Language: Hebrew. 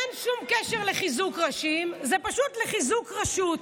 אין שום קשר לחיזוק נשים, זה פשוט לחיזוק רשות.